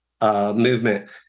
movement